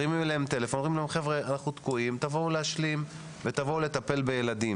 מתקשרים אליהן ומבקשים מהן להשלים ולטפל בילדים.